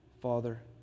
Father